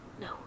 No